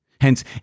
Hence